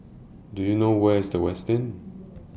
Do YOU know Where IS The Westin